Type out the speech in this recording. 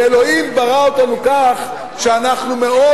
ואלוהים ברא אותנו כך שאנחנו מאוד